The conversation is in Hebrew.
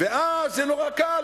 ואז זה נורא קל.